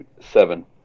Seven